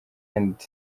and